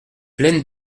plaine